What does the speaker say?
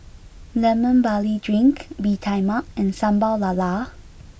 Lemon Barley drink Bee Tai Mak and Sambal Lala